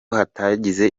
hatagize